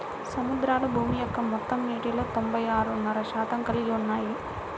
సముద్రాలు భూమి యొక్క మొత్తం నీటిలో తొంభై ఆరున్నర శాతం కలిగి ఉన్నాయి